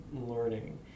learning